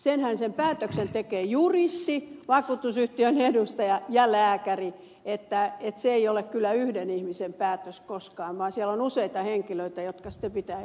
sen päätöksen tekevät juristi vakuutusyhtiön edustaja ja lääkäri se ei ole kyllä yhden ihmisen päätös koskaan vaan siellä on useita henkilöitä jotka sitten pitää